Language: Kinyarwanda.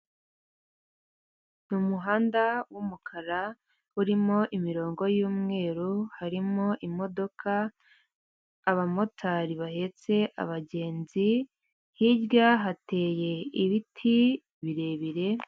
Ni umuhanda w'umukara urimo imirongo y'umweru, harimo imodoka, abamotari bahetse abagenzi, hirya hateye ibiti birebire